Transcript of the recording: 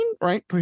right